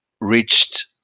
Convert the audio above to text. reached